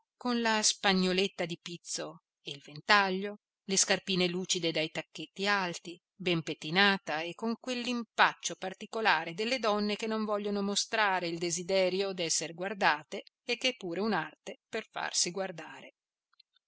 con la spagnoletta di pizzo e il ventaglio le scarpine lucide dai tacchetti alti ben pettinata e con quell'impaccio particolare delle donne che non vogliono mostrare il desiderio d'esser guardate e che è pure un'arte per farsi guardare